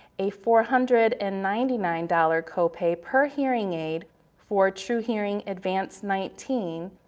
a four hundred and ninety nine dollars copay per hearing aid for truhearing advanced nineteen,